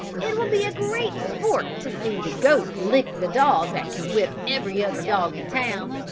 it will be great sport to see the goat lick the dog that can whip every other dog in town.